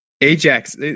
Ajax